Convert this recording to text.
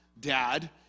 dad